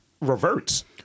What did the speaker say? reverts